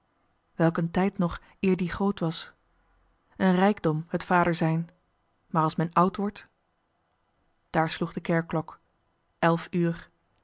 een tijd nog eer die groot was een rijkdom het vader zijn maar als men oud wordt daar sloeg de kerkklok elf uur